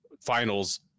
finals